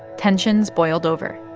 tensions boiled over.